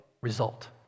result